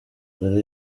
yari